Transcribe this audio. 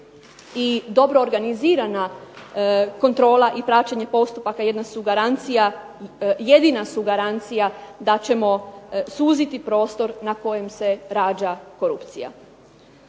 dobro organizirana kontrola i praćenje postupaka jedina su garancija da ćemo suziti prostor na kojem se rađa korupcija.